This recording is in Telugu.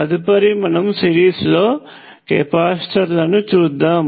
తదుపరి మనము సిరీస్ లో కెపాసిటర్లను చూస్తాము